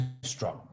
strong